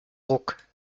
ruck